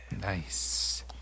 Nice